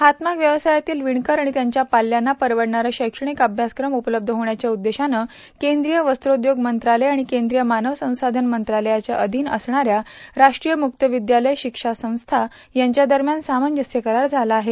हातमान व्यवसायातील विणकर आणि त्यांच्या पाल्यांना परवडणारे शैक्षणिक अभ्यासक्रम उपलब्ध होण्याध्या उद्देशानं केंद्रीय वस्त्रोधोग मंत्रालय आणि केश्रीय मानव संसाधन मंत्रालयाच्या अधीन असणाऱ्या राष्ट्रीय मुक्त विद्यालय शिक्षा संस्थान यांच्या दरम्यान सामंजस्प करार झाला आहे